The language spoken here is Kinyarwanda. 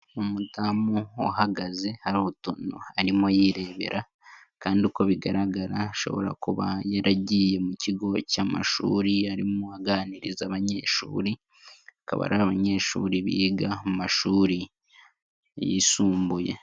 Umudamu uhagaze hari utuntu arimo yirebera kandi uko bigaragara ashobora kuba yaragiye mu kigo cy'amashuri, arimo aganiriza abanyeshuri, akaba ari abanyeshuri biga mu mashuri yisumbuye.